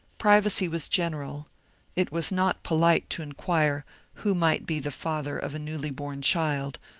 privacy was general it was not polite to inquire who might be the father of a newly-born child,